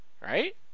right